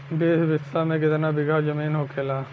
बीस बिस्सा में कितना बिघा जमीन होखेला?